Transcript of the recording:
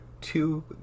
two